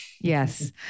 Yes